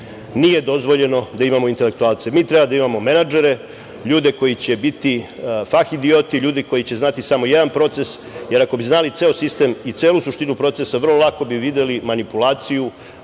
nije dozvoljeno da imamo intelektualce. Mi treba da imamo menadžere, ljude koji će biti fah idioti, ljudi koji će znati samo jedan proces, jer ako bi znali ceo sistem i celu suštinu procesa, vrlo lako bi videli manipulaciju